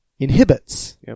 inhibits